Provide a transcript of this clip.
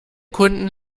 kunden